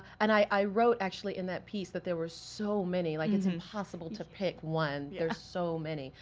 and i wrote actually in that piece that there were so many, like it's impossible to pick one, there's so many,